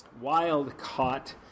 wild-caught